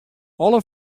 alle